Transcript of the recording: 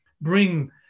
bring